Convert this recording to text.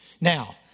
Now